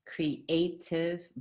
Creative